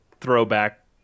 throwback